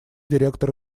директор